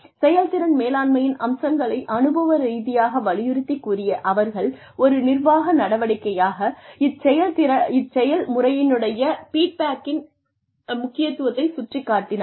செயல்திறன் மேலாண்மையின் அம்சங்களை அனுபவ ரீதியாக வலியுறுத்திக் கூறிய அவர்கள் ஒரு நிர்வாக நடவடிக்கையாக இச்செயல்முறையினுடைய ஃபீட்பேக்கின் முக்கியத்துவத்தைச் சுட்டிக் காட்டினார்கள்